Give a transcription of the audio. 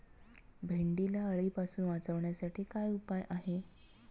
भेंडीला अळीपासून वाचवण्यासाठी काय उपाय आहे?